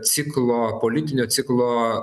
ciklo politinio ciklo